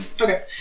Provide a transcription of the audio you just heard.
Okay